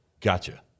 Gotcha